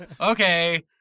Okay